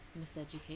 Miseducate